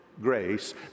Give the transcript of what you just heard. grace